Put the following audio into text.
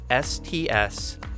STS